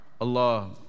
Allah